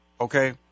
Okay